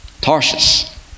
Tarsus